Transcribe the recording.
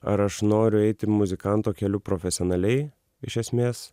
ar aš noriu eiti muzikanto keliu profesionaliai iš esmės